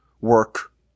work